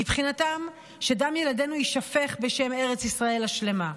מבחינתם, שדם ילדינו יישפך בשם ארץ ישראל השלמה.